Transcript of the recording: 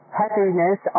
happiness